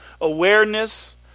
awareness